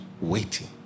Waiting